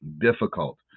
difficult